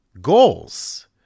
Goals